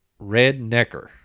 Rednecker